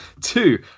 two